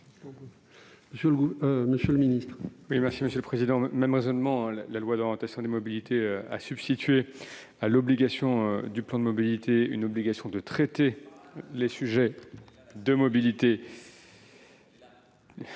monsieur le ministre,